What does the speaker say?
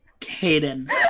Caden